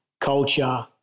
culture